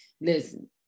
listen